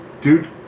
dude